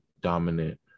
dominant